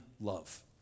love